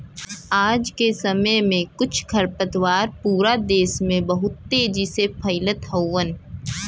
आज के समय में कुछ खरपतवार पूरा देस में बहुत तेजी से फइलत हउवन